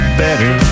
better